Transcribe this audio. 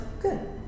good